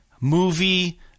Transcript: movie